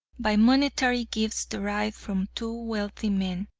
by monetary gifts derived from two wealthy men,